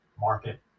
market